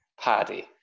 Paddy